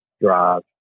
drive